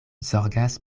zorgas